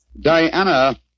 Diana